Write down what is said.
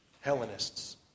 Hellenists